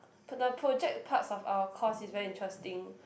to the project parts of our course is very interesting